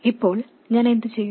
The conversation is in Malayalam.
ഇപ്പോൾ ഞാൻ എന്തുചെയ്യും